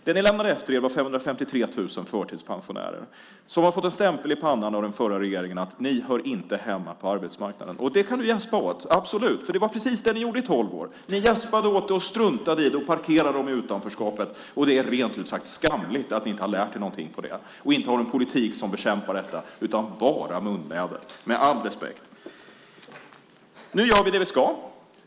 Det ni lämnade efter er var 553 000 förtidspensionärer, som har fått en stämpel i pannan av den förra regeringen: Ni hör inte hemma på arbetsmarknaden! Det kan du gäspa åt, absolut! Det var precis det ni gjorde i tolv år. Ni gäspade åt det, struntade i det och parkerade dem i utanförskapet. Det är rent ut sagt skamligt att ni inte har lärt er någonting på det och inte har någon politik som bekämpar detta utan bara munväder - med all respekt. Nu gör vi det vi ska.